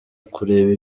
kureba